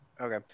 Okay